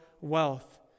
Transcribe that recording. wealth